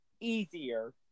easier